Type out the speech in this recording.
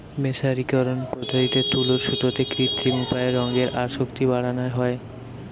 মের্সারিকরন পদ্ধতিতে তুলোর সুতোতে কৃত্রিম উপায়ে রঙের আসক্তি বাড়ানা হয়